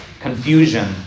confusion